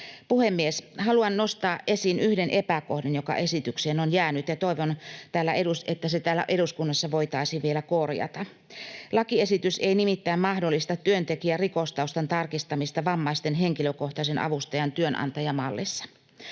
Puhemies! Haluan nostaa esiin yhden epäkohdan, joka esitykseen on jäänyt, ja toivon, että se täällä eduskunnassa voitaisiin vielä korjata. Lakiesitys ei nimittäin mahdollista työntekijän rikostaustan tarkistamista vammaisten henkilökohtaisen avustajan työnantajamallissa.